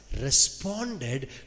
responded